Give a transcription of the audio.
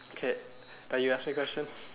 okay ah you ask me question